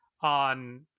on